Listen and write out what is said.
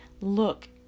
look